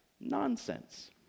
nonsense